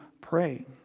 pray